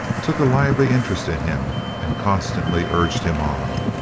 took a lively interest in him and constantly urged him on.